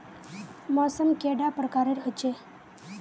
मौसम कैडा प्रकारेर होचे?